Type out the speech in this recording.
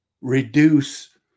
reduce